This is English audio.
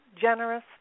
generous